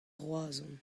roazhon